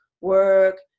work